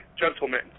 gentlemen